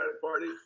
Party